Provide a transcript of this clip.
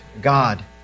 God